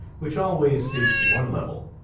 which always seeks one level,